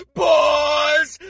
boys